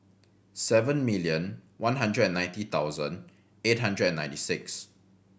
seven million one hundred and ninety thousand eight hundred and ninety six